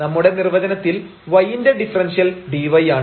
നമ്മുടെ നിർവചനത്തിൽ y ന്റെ ഡിഫറെൻഷ്യൽ dy ആണ്